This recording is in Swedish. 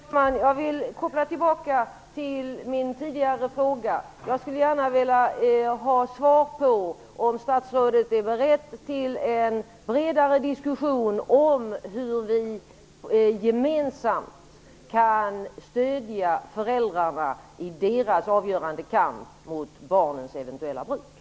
Fru talman! Jag vill göra en återkoppling till min tidigare fråga. Jag skulle gärna vilja veta om statsrådet är beredd till en bredare diskussion kring frågan om hur vi gemensamt kan stödja föräldrarna i deras avgörande kamp mot barnens eventuella bruk.